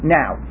now